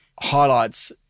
highlights